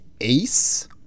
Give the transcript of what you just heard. Ace